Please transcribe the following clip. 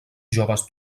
joves